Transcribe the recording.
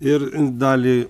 ir dalį